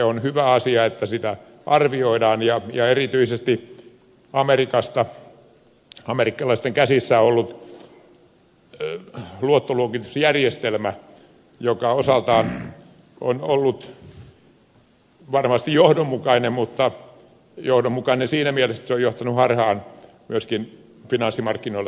on hyvä asia että sitä arvioidaan ja erityisesti amerikkalaisten käsissä ollutta luottoluokitusjärjestelmää joka osaltaan on ollut varmasti johdonmukainen mutta johdonmukainen siinä mielessä että se on johtanut harhaan myöskin finanssimarkkinoilla toimijoita